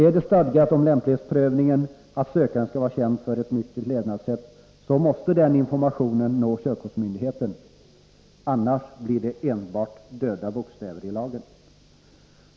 Är det stadgat om lämplighetsprövning, att sökanden skall vara känd för ett nyktert levnadssätt, så måste den informationen nå körkortsmyndigheten. Annars blir det enbart döda bokstäver i lagen.